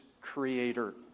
creator